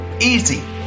easy